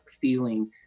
feeling